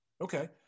Okay